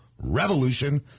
revolution